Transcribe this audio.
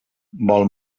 vol